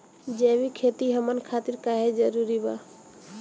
जैविक खेती हमन खातिर काहे जरूरी बा?